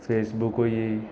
Facebook होई